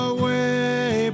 Away